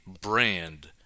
brand